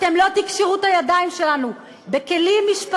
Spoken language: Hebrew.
אתם לא תקשרו את הידיים שלנו, מי זה